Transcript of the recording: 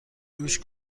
دوش